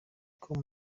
com